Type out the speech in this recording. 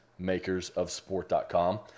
makersofsport.com